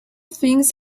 things